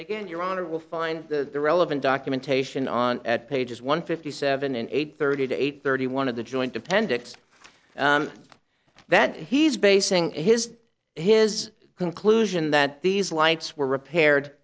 and again your honor will find the relevant documentation on at pages one fifty seven and eight thirty to eight thirty one of the joint appendix that he's basing his his conclusion that these lights were repaired